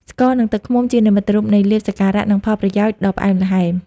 ស្ករ និងទឹកឃ្មុំ ជានិមិត្តរូបនៃលាភសក្ការៈ និងផលប្រយោជន៍ដ៏ផ្អែមល្ហែម។